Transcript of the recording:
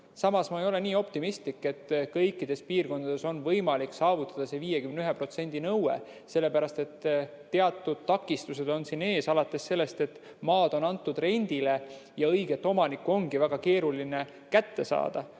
Samas ma ei ole nii optimistlik, et kõikides piirkondades on võimalik 51% nõue saavutada, sellepärast et teatud takistused on siin ees, alates sellest, et maad on antud rendile ja õiget omanikku ongi väga keeruline kätte saada.